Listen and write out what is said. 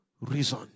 reason